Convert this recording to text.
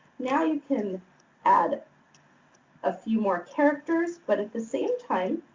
now, you can add a few more characters, but at the same time,